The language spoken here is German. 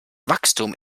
wachstum